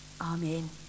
Amen